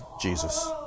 Jesus